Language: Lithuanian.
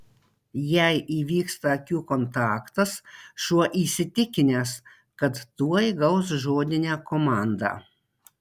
jei įvyksta akių kontaktas šuo įsitikinęs kad tuoj gaus žodinę komandą